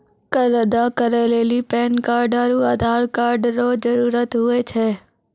कर अदा करै लेली पैन कार्ड आरू आधार कार्ड रो जरूत हुवै छै